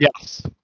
yes